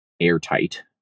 airtight